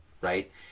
right